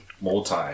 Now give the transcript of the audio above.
multi